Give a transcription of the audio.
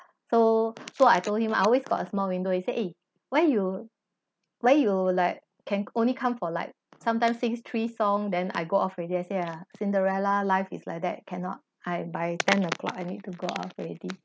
so so I told him I always got a small window he say eh why you why you like can only come for like sometimes sing three songs then I go off already I say !aiya! cinderella life is like that cannot I by ten o'clock I need to go off already